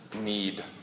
Need